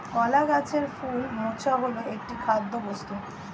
কলা গাছের ফুল মোচা হল একটি খাদ্যবস্তু